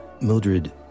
Mildred